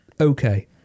okay